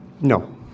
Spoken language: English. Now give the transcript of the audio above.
no